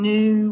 New